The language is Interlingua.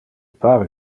pare